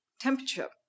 temperature